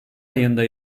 ayında